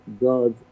God